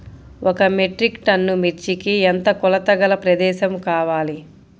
ఒక metric ton మిర్చికి ఎంత కొలతగల ప్రదేశము కావాలీ?